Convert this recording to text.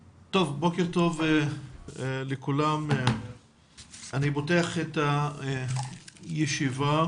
בוקר טוב לכולם, אני פותח את הישיבה.